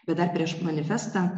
bet dar prieš manifestą